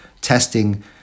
testing